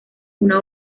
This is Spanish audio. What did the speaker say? una